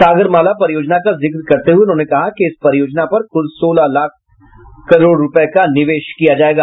सागरमाला परियोजना का जिक्र करते हुए उन्होंने कहा कि इस परियोजना पर क्ल सोलह लाख करोड़ रुपए का निवेश किया जाएगा